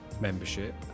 membership